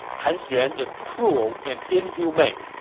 han xuan is cruel and inhumane.